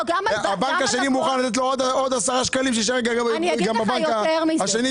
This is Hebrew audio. זה בדיוק מה שקורה עם הנתונים.